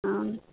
ହଁ